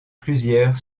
plusieurs